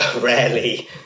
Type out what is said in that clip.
rarely